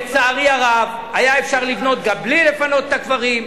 לצערי הרב אפשר היה לבנות גם בלי לפנות את הקברים,